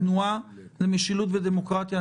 התנועה למשילות ודמוקרטיה.